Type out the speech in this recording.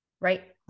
right